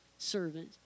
Servant